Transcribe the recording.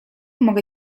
mogę